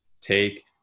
take